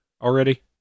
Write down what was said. already